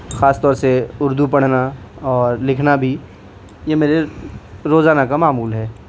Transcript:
خاص طور سے اردو پڑھنا اور لکھنا بھی یہ میرے روزانہ کا معمول ہے